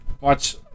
Watch